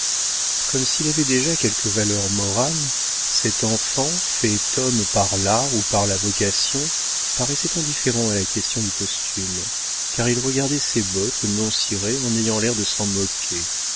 comme s'il avait déjà quelque valeur morale cet enfant fait homme par l'art ou par la vocation paraissait indifférent à la question du costume car il regardait ses bottes non cirées en ayant l'air de s'en moquer